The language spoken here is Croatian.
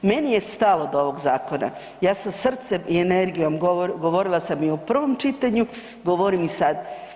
Meni je stalo do ovog zakona, ja sa srcem i energijom govorila sam i u prvom čitanju, govorim i sad.